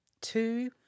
two